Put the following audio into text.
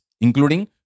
including